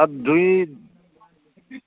दुइ